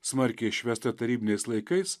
smarkiai švęsta tarybiniais laikais